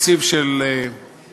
תקציב של חוצפה.